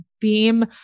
beam